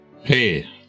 Hey